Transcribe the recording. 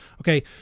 Okay